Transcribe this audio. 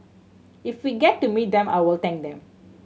if we get to meet them I will thank them